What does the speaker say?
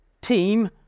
Team